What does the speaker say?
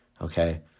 Okay